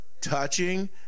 Touching